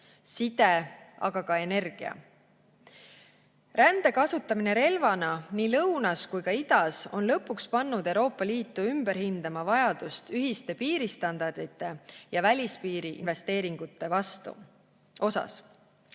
side, aga ka energia. Rände kasutamine relvana nii lõunas kui ka idas on lõpuks pannud Euroopa Liitu ümber hindama vajadust ühiste piiristandardite ja välispiiri investeeringute järele.